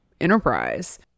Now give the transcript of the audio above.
enterprise